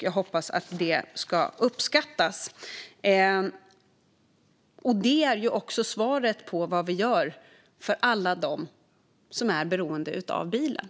Jag hoppas att det ska uppskattas. Det är också svaret på vad vi gör för alla dem som är beroende av bilen.